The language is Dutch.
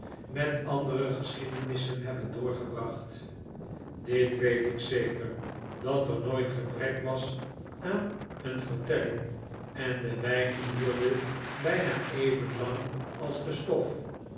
met andere geschiedenissen hebben doorgebracht dit weet ik zeker dat er nooit gebrek was aan een vertelling en de wijn duurde bijna even lang als de stof